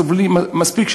סובלים מספיק.